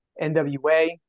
NWA